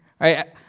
right